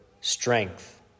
strength